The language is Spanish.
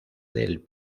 del